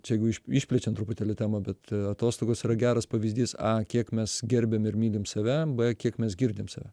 čia jeigu išplečiant truputėlį temą bet atostogos yra geras pavyzdys a kiek mes gerbiam ir mylim save b kiek mes girdim save